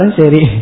seri